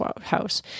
house